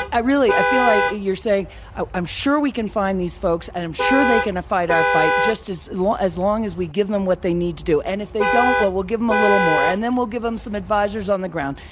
i really i feel like you're saying i'm i'm sure we can find these folks and i'm sure they can fight our fight just as long as long as we give them what they need to do. and if they don't, well, we'll give them a little more and then we'll give them some advisors on the ground.